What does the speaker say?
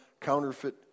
counterfeit